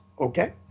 Okay